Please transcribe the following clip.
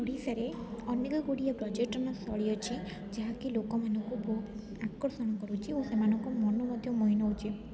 ଓଡ଼ିଶାରେ ଅନେକଗୁଡ଼ିଏ ପର୍ଯ୍ୟଟନ ସ୍ଥଳୀ ଅଛି ଯାହାକି ଲୋକମାନଙ୍କୁ ବହୁ ଆକର୍ଷଣ କରୁଛି ଓ ସେମାନଙ୍କ ମନ ମଧ୍ୟ ମହି ନେଉଛି